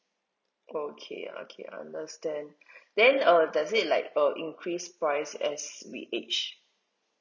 okay okay understand then uh does it like uh increase price as we age